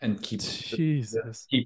Jesus